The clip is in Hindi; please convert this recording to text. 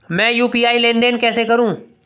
मैं यू.पी.आई लेनदेन कैसे करूँ?